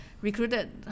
recruited